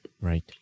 Right